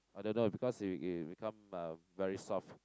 I don't know because it it become uh very soft